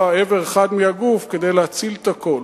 איבר אחד מהגוף כדי להציל את הכול.